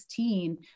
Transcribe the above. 2016